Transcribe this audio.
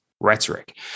rhetoric